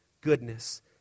goodness